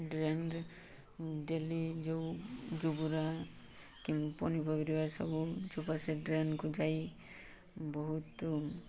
ଡ୍ରେନ୍ରେ daily ଯୋଉ ଜୁବୁରା କି ପନିପରିବା ସବୁ ଚୋପା ସେ ଡ୍ରେନ୍କୁ ଯାଇ ବହୁତ